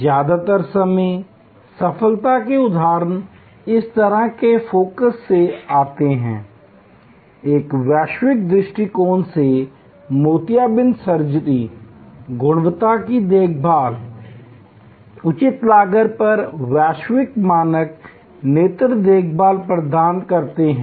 ज्यादातर समय सफलता के उदाहरण इस तरह के फोकस से आते हैं एक वैश्विक दृष्टिकोण से मोतियाबिंद सर्जरी गुणवत्ता की देखभाल उचित लागत पर वैश्विक मानक नेत्र देखभाल प्रदान करते हैं